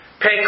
Pay